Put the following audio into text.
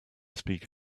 speak